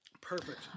Perfect